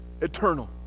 eternal